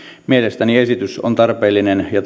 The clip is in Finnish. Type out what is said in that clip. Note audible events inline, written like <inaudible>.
mielestäni esitys on tarpeellinen ja <unintelligible>